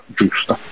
giusta